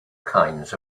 kinds